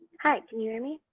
hi, can you hear me?